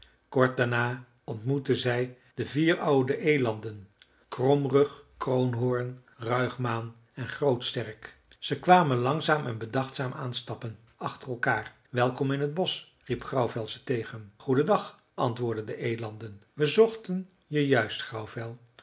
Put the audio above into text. kort daarna ontmoetten zij de vier oude elanden kromrug kroonhoorn ruigmaan en grootsterk zij kwamen langzaam en bedachtzaam aanstappen achter elkaar welkom in t bosch riep grauwvel ze tegen goeden dag antwoordden de elanden we zochten je juist grauwvel